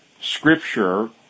scripture